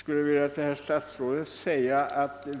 Herr talman!